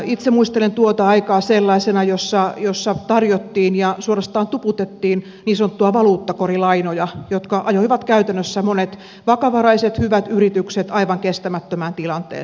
itse muistelen tuota aikaa sellaisena jossa tarjottiin ja suorastaan tuputettiin niin sanottuja valuuttakorilainoja jotka ajoivat käytännössä monet vakavaraiset hyvät yritykset aivan kestämättömään tilanteeseen